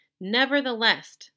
nevertheless